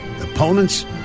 opponents